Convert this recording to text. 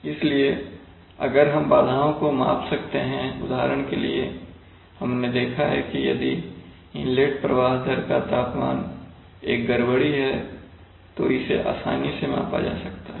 इसलिए अगर हम बाधाओं को माप सकते हैं उदाहरण के लिए हमने देखा है कि यदि इनलेट प्रवाह दर का तापमान एक गड़बड़ी है तो इसे आसानी से मापा जा सकता है